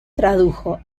tradujo